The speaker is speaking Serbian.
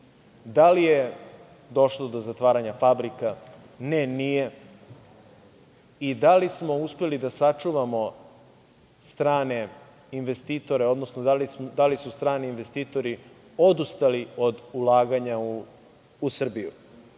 Da li je došlo do zatvaranja fabrika? Ne, nije. Da li smo uspeli da sačuvamo strane investitore, odnosno da li su strani investitori odustali od ulaganja u Srbiju?